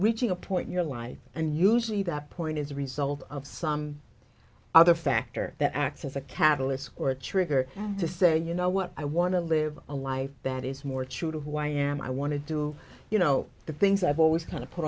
reaching a point in your life and usually that point is a result of some other factor that acts as a catalyst or a trigger to say you know what i want to live a life that is more true to who i am i want to do you know the things i've always kind of put